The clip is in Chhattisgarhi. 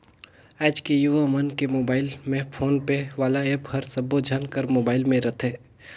आएज के युवा मन के मुबाइल में फोन पे वाला ऐप हर सबो झन कर मुबाइल में रथे